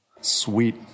Sweet